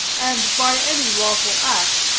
and by any lawful act,